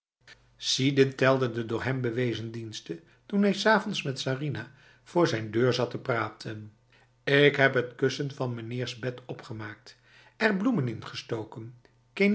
sidin telde de door hem bewezen diensten toen hij s avonds met sarinah voor zijn deur zat te praten ik heb het kussen van mijnheers bed opengemaakt er bloemen ingestoken